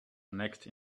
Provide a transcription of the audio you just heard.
next